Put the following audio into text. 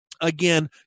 Again